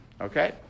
Okay